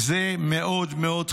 זה מאוד מאוד חבל.